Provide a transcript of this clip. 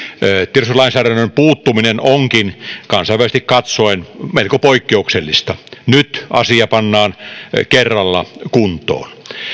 tiedustelulainsäädännön puuttuminen onkin kansainvälisesti katsoen melko poikkeuksellista nyt asia pannaan kerralla kuntoon